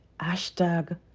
Hashtag